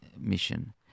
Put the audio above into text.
mission